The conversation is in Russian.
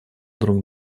друг